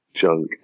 junk